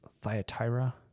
Thyatira